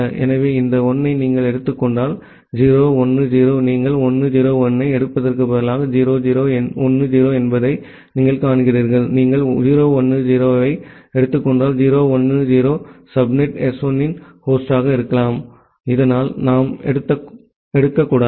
எனவே இந்த 1 ஐ நீங்கள் எடுத்துக் கொண்டால் 0 1 0 நீங்கள் 1 0 1 ஐ எடுப்பதற்கு பதிலாக 0 0 1 0 என்பதை நீங்கள் காண்கிறீர்கள் நீங்கள் 0 1 0 ஐ எடுத்துக் கொண்டால் 0 1 0 சப்நெட் S1 இன் ஹோஸ்டாக இருக்கலாம் இதனால் நாம் எடுக்கக்கூடாது